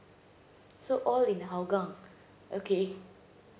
so all in hougang okay